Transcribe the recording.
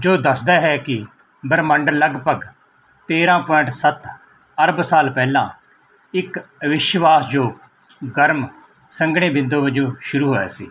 ਜੋ ਦੱਸਦਾ ਹੈ ਕਿ ਬ੍ਰਹਿਮੰਡ ਲਗਭਗ ਤੇਰਾਂ ਪੁਆਇੰਟ ਸੱਤ ਅਰਬ ਸਾਲ ਪਹਿਲਾਂ ਇੱਕ ਵਿਸ਼ਵਾਸ ਜੋ ਗਰਮ ਸੰਘਣੇ ਬਿੰਦੂ ਵਜੋਂ ਸ਼ੁਰੂ ਹੋਇਆ ਸੀ